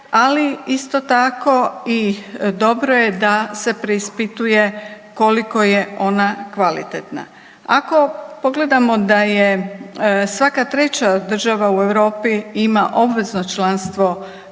ali isto tako i dobro je da se preispituje koliko je ona kvalitetna. Ako pogledamo da je svaka treća država u Europi ima obvezno članstvo